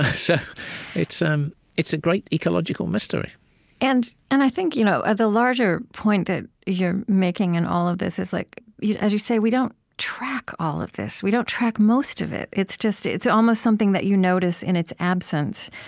ah so it's um it's a great ecological mystery and and i think you know i think the larger point that you're making in all of this is, like as you say, we don't track all of this. we don't track most of it. it's just it's almost something that you notice in its absence,